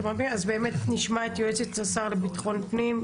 נשמע את יועצת השר לביטחון פנים.